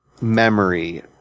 memory